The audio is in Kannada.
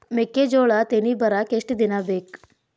ಮೆಕ್ಕೆಜೋಳಾ ತೆನಿ ಬರಾಕ್ ಎಷ್ಟ ದಿನ ಬೇಕ್?